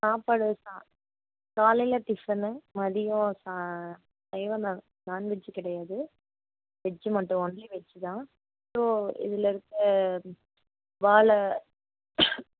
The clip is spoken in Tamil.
சாப்பாடு காலையில் டிஃபனு மதியம் சா சைவம்தான் நான்வெஜ்ஜு கிடையாது வெஜ்ஜு மட்டும் ஒன்லி வெஜ்ஜு தான் ஸோ இதில் இருக்க வாழை